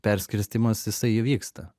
perskirstymas jisai įvyksta